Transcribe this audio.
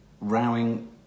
rowing